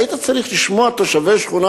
היית צריך לשמוע את תושבי השכונה,